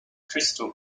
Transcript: crystal